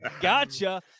Gotcha